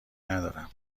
ندارم